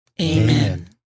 Amen